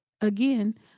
again